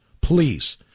please